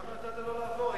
למה נתת לו לעבור?